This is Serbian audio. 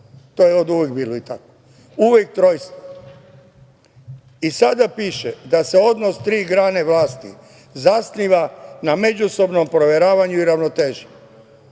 To je oduvek bilo. Uvek trojstvo. Sada piše da se odnos tri grane vlasti zasniva na međusobnom proveravanju i ravnoteži,